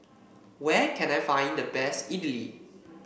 where can I find the best Idili